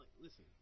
Listen